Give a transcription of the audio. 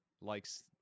likes